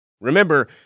Remember